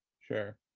Sure